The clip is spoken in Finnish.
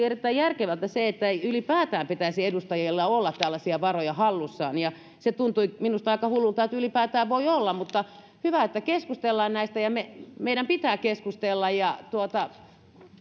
erittäin järkevältä se että ei ylipäätään pitäisi edustajilla olla tällaisia varoja hallussaan se tuntui minusta aika hullulta että ylipäätään voi olla mutta hyvä että keskustellaan näistä ja meidän pitää keskustella